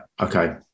okay